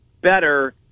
better